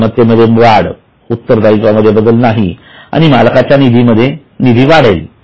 मालमत्तेमध्ये वाढ उत्तरदायित्व मध्ये बदल नाही आणि मालकाच्या निधी वाढेल